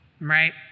right